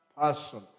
person